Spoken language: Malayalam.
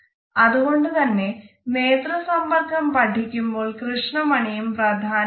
അതുകൊണ്ട് തന്നെ നേത്ര സമ്പർക്കം പഠിക്കുമ്പോൾ കൃഷ്ണമണിയും പ്രധാനമാണ്